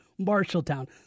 Marshalltown